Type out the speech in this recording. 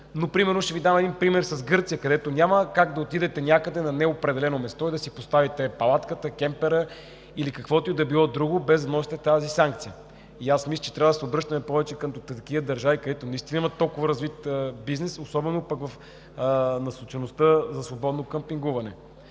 Ще Ви дам пример с Гърция, където няма как да отидете някъде, на неопределено место, да си поставите палатката, кемпера или каквото и да било друго, без да носите тази санкция. Мисля, че трябва да се обръщаме към такива държави, където наистина имат толкова развит бизнес, особено насочеността за свободно къмпингуване.